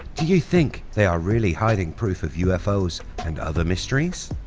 do you think they are really hiding proof of ufos and other mysteries?